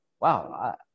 Wow